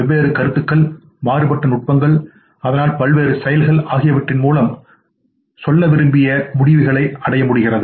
வெவ்வேறு கருத்துக்கள் மாறுபட்ட நுட்பங்கள் அதனால் பல்வேறு செயல்கள் ஆகியவற்றின் மூலம் சொல்ல விரும்பிய முடிவுகளை அடைய முடியும்